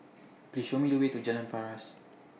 Please Show Me The Way to Jalan Paras